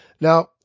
Now